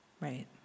Right